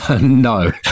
No